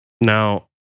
Now